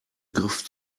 griff